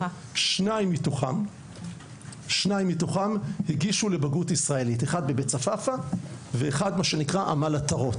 שניים מתוכם הגישו לבגרות ישראלית אחד בבית צפפא והשני בעמל עטרות,